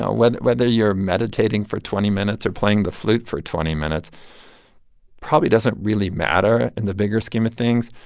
know, whether whether you're meditating for twenty minutes or playing the flute for twenty minutes probably doesn't really matter in the bigger scheme of things.